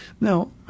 Now